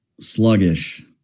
sluggish